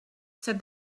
said